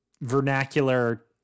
vernacular